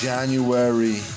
January